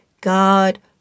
God